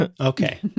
Okay